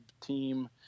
team